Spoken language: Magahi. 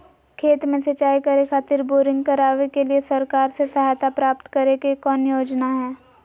खेत में सिंचाई करे खातिर बोरिंग करावे के लिए सरकार से सहायता प्राप्त करें के कौन योजना हय?